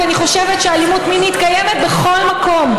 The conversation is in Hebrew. כי אני חושבת שאלימות מינית קיימת בכל מקום,